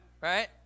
Right